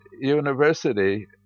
university